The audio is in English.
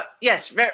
Yes